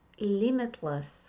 limitless